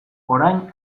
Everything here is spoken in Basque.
orain